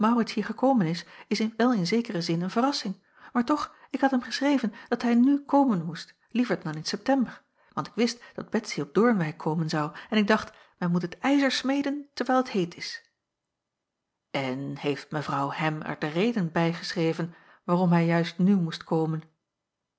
gekomen is is wel in zekeren zin een verrassing maar toch ik had hem geschreven dat hij nu komen moest liever dan in september want ik wist dat betsy op doornwijck komen zou en ik dacht men moet het ijzer smeden terwijl het heet is en heeft mevrouw hem er de reden bij geschreven waarom hij juist nu moest komen